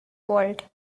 world